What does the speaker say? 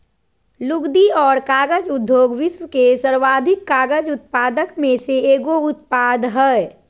लुगदी और कागज उद्योग विश्व के सर्वाधिक कागज उत्पादक में से एगो उत्पाद हइ